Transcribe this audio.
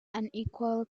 unequal